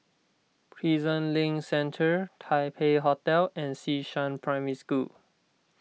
Prison Link Centre Taipei Hotel and Xishan Primary School